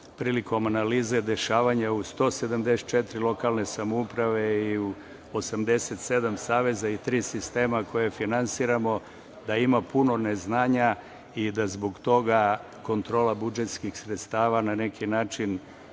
prilikom analize dešavanja u 174 lokalne samouprave i u 87 saveza i tri sistema koje finansiramo da ima puno neznanja i da zbog toga kontrola budžetskih sredstava na neki način